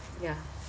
yeah